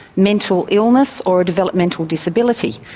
mental illness, or a developmental disability,